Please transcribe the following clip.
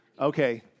Okay